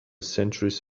centuries